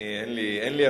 אני, אין לי הפתעות.